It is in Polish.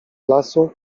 lasu